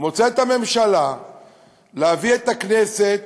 מוצאת הממשלה לנכון להביא את הכנסת